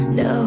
no